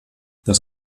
das